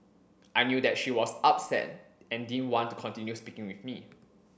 I knew that she was upset and didn't want to continue speaking with me